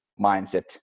mindset